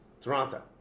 Toronto